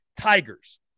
Tigers